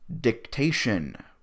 dictation